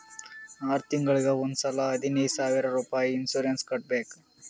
R ತಿಂಗುಳಿಗ್ ಒಂದ್ ಸಲಾ ಹದಿನೈದ್ ಸಾವಿರ್ ರುಪಾಯಿ ಇನ್ಸೂರೆನ್ಸ್ ಕಟ್ಬೇಕ್